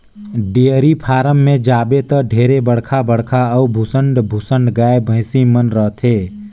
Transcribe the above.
dairy farm में जाबे त ढेरे बड़खा बड़खा अउ भुसंड भुसंड गाय, भइसी मन रथे